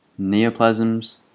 neoplasms